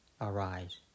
arise